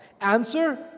Answer